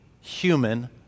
human